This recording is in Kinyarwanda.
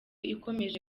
ikomeje